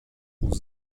aux